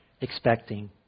expecting